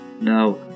Now